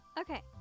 Okay